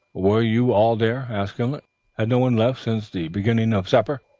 were you all there? asked gimblet. had no one left since the beginning of supper?